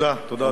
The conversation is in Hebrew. גם לך עשר דקות.